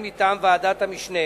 הן מטעם ועדת המשנה